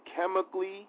chemically